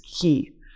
key